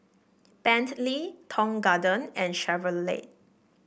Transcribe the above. Bentley Tong Garden and Chevrolet